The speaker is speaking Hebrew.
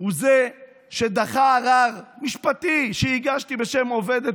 הוא שדחה ערר משפטי שהגשתי בשם עובדת